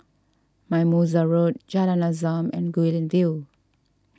Mimosa Road Jalan Azam and Guilin View